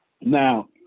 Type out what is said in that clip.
Now